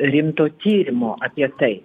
rimto tyrimo apie tai